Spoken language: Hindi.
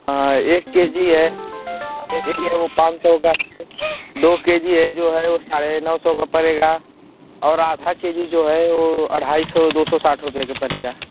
हाँ एक के जी है देखिए वह पाँच सौ का है दो के जी जो है वह साढ़े नौ सौ का पड़ेगा और आधा के जी जो है वह अढ़ाई सौ दो सौ साठ रुपये का पड़ेगा